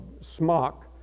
smock